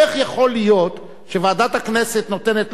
איך יכול להיות שוועדת הכנסת נותנת,